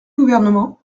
gouvernement